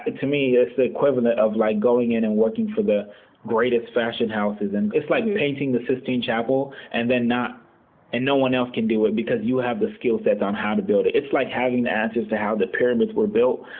to me it's the equivalent of, like, going in and working for the greatest fashion houses. and it's like painting the sistine chapel and then and no one else can do it because you have the skill sets on how to build it. it's like having the answers to how the pyramids were built,